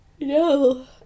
No